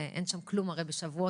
ואין שם כלום הרי בשבועות,